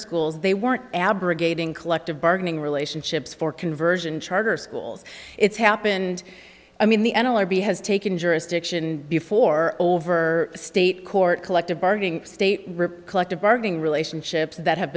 schools they weren't abrogating collective bargaining relationships for conversion charter schools it's happened i mean the n l r b has taken jurisdiction before over state court collective bargaining state rip collective bargaining relationships that have